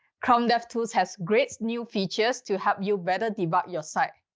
chrome devtools has great new features to help you better debug your site.